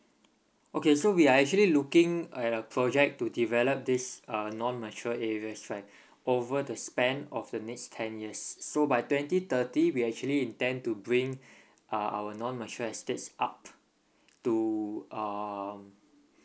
okay so we are actually looking at a project to develop these uh non mature areas right over the span of the next ten years so by twenty thirty we actually intend to bring uh our non mature estates up to um